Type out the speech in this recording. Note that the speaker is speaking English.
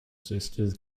sisters